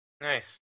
Nice